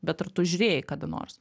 bet ar tu žiūrėjai kada nors